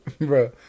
Bro